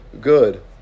good